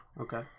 Okay